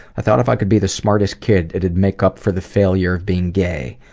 i thought if i could be the smartest kid, it would make up for the failure of being gay.